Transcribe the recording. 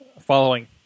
following